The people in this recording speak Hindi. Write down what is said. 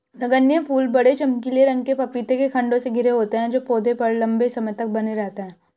नगण्य फूल बड़े, चमकीले रंग के पपीते के खण्डों से घिरे होते हैं जो पौधे पर लंबे समय तक बने रहते हैं